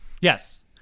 Yes